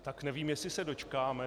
Tak nevím, jestli se dočkáme.